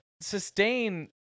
sustain